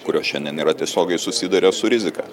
kurios šiandien yra tiesiogiai susiduria su rizika